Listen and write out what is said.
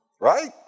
right